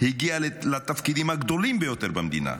הגיע לתפקידים הגדולים ביותר במדינה,